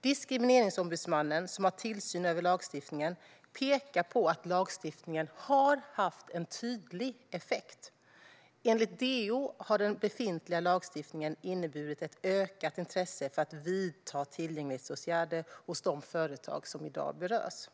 Diskrimineringsombudsmannen, som har tillsyn över lagstiftningen, pekar på att lagstiftningen har haft en tydlig effekt. Enligt DO har den befintliga lagstiftningen inneburit ett ökat intresse för att vidta tillgänglighetsåtgärder hos de företag som i dag berörs.